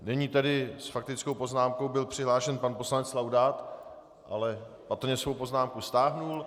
Nyní tedy s faktickou poznámkou byl přihlášen pan poslanec Laudát, ale patrně svou poznámku stáhl.